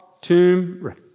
tomb